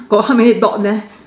got how many dog there